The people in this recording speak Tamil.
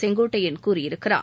செங்கோட்டையன் கூறியிருக்கிறார்